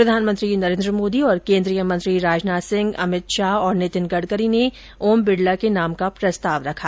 प्रधानमंत्री नरेन्द्र मोदी और कोन्द्रीय मंत्री राजनाथ सिंह अमित शाह और नितिन गडकरी ने ओम बिड़ला के नाम का प्रस्ताव रखा